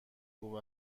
خوب